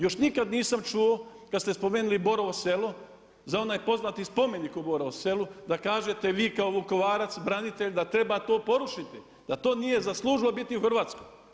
Još nikad nisam čuo, kad ste spomenuli Borovo Selo, za onaj poznati spomenik u Borovom Selu da kažete vi kao Vukovarac, branitelj, da treba to porušiti, da to nije zaslužilo biti u Hrvatskoj.